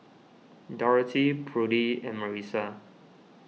Dorothy Prudie and Marissa